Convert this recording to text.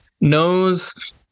knows